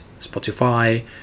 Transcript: Spotify